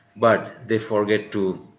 but they forget to